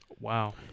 Wow